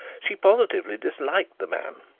she positively disliked the man,